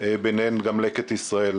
ביניהן גם לקט ישראל.